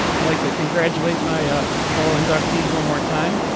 i'd like to congratulate my fellow inductees one more time,